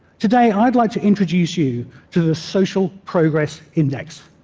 today, i'd like to introduce you to the social progress index.